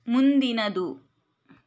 ಮುಂದಿನದು